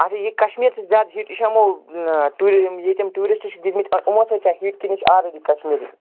اچھا یہِ کشمیر چھِ زیادٕ ہِٹ یہِ چھا وۄنۍ ٹورِ یِم ییٚتہِ یِم ٹورِسٹ چھِکھ دِتمٕتۍ تِمو سۭتۍ چھا ہِٹ کِنہٕ یہِ چھُ آلریڈی کشمیر ہِٹ